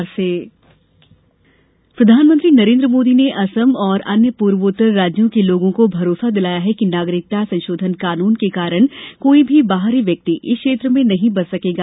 प्रधानमंत्री बोडो प्रधानमंत्री नरेंद्र मोदी ने असम और अन्य पूर्वोत्तर राज्यों के लोगों को भरोसा दिलाया है कि नागरिकता संशोधन कानून के कारण कोई भी बाहरी व्यक्ति इस क्षेत्र में नहीं बस सकेगा